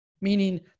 meaning